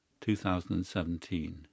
2017